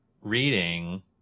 reading